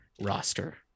roster